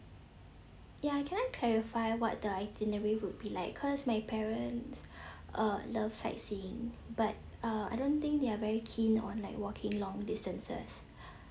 ya can I clarify what the itinerary would be like because my parents uh loves sightseeing but uh I don't think they are very keen on like walking long distances